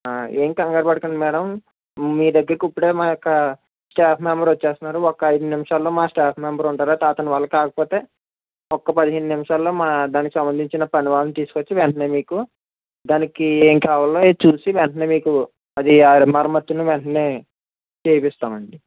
ఏం కంగారు పడకండి మేడం మీ దగ్గరికి ఇప్పుడే మా యొక్క స్టాఫ్ మెంబెర్ వచ్చేస్తున్నారు ఒక్క ఐదు నిమిషాల్లో మా స్టాఫ్ మెంబెర్ ఉంటాడు తర్వాత వల్ల కాకపోతే ఒక్క పదిహేను నిమిషాల్లో మా దానికి సంబంధించిన పనివాళ్లను తీసుకొని వచ్చి వెంటనే మీకు దానికి ఏం కావాలో అవి చూసి వెంటనే మీకు అది మరమత్తులను వెంటనే వేయిపిస్తామండి